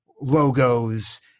logos